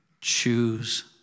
Choose